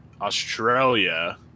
Australia